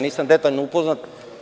Nisam detaljno upoznat.